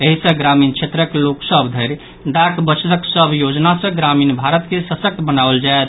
एहि सँ ग्रामीण क्षेत्रक लोक सभ धरि डाक बचतक सभ योजना सँ ग्रामीण भारत के सशक्त बनओल जायत